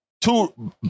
two